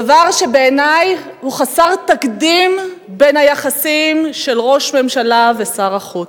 דבר שבעיני הוא חסר תקדים ביחסים בין ראש הממשלה לשר החוץ.